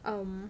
um